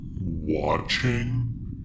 watching